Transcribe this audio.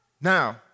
Now